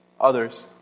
others